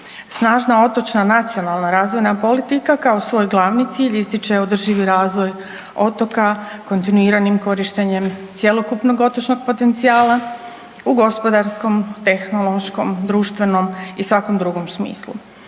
Snažna otočna nacionalna razina politika, kao svoj glavni cilj ističe održivi razvoj otoka kontinuiranim korištenjem cjelokupnog otočnog potencijala u gospodarskom, tehnološkom, društvenom i svakom drugom smislu.